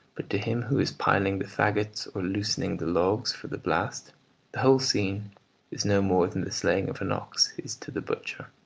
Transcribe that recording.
but to him who is piling the faggots or loosening the logs for the blast the whole scene is no more than the slaying of an ox is to the butcher,